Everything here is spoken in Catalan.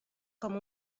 com